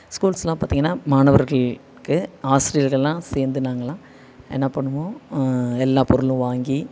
ஸ்கூல்ஸெல்லாம் பார்த்தீங்கன்னா மாணவர்கள்க்கு ஆசிரியர் எல்லாம் சேர்ந்து நாங்களெல்லாம் என்ன பண்ணுவோம் எல்லா பொருளும் வாங்கி